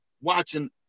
watching